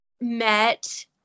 met